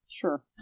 Sure